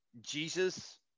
Jesus